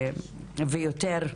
פעם ויותר.